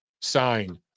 sign